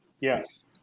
Yes